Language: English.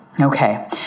Okay